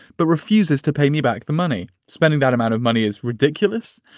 but refuses to pay me back the money. spending that amount of money is ridiculous.